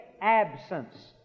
absence